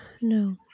no